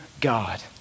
God